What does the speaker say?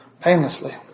Painlessly